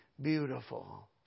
beautiful